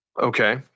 Okay